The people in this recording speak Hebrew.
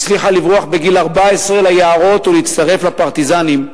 הצליחה לברוח בגיל 14 ליערות ולהצטרף לפרטיזנים,